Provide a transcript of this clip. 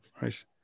Right